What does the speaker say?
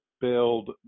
build